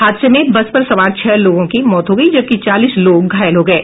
हादसे में बस पर सवार छह लोगों की मौत हो गयी जबकि चालीस लोग घायल हो गये